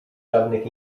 żadnych